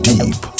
Deep